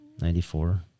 Ninety-four